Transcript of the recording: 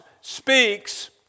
speaks